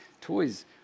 toys